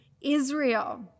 Israel